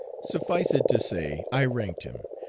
suffice it to say i ranked him,